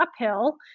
uphill